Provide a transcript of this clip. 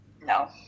No